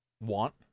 want